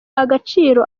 agaciro